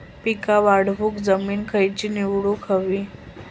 पीक वाढवूक जमीन खैची निवडुक हवी?